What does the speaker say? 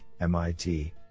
MIT